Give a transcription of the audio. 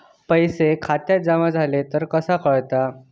पैसे खात्यात जमा झाले तर कसा कळता?